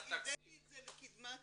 אני הבאתי את זה לקדמת